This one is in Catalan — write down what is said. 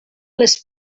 les